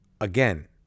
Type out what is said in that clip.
again